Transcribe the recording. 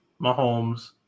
Mahomes